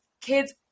kids